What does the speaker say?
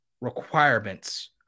requirements